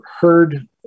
heard